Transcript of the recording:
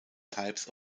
types